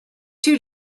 two